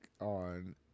on